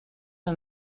her